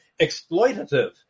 exploitative